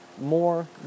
more